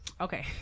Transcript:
okay